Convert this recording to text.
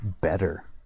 better